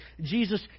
Jesus